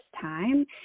time